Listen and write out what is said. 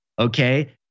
Okay